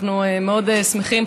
אנחנו באמת מאוד שמחים,